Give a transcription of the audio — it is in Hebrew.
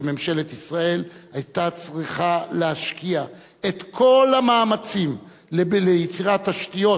וממשלת ישראל היו צריכות להשקיע את כל המאמצים ליצירת תשתיות